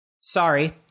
sorry